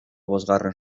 bosgarren